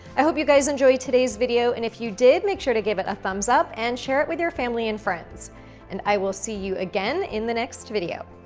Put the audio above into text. i hope you guys enjoyed today's video and if you did, make sure to give it a thumbs up and share it with your family and friends and i will see you again, in the next video